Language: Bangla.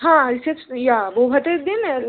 হাঁ ইয়া বৌভাতের দিন